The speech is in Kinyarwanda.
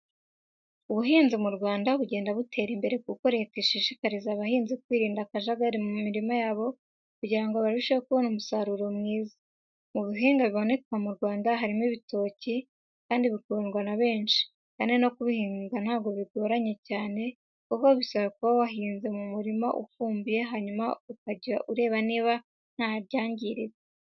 Ubuhinzi mu Rwanda bugenda butera imbere kuko leta ishishikariza abahinzi kwirinda akajagari mu mirima yabo kugira ngo barusheho kubona umusaruro mwiza. Mu bihingwa biboneka mu Rwanda harimo n'ibitoki kandi bikundwa na benshi kandi no kubihinga ntabwo bigoranye cyane kuko bisaba kuba wabihinze mu murima ufumbiye hanyuma ukajya ureba niba ntacyabyangije.